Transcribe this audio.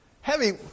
heavy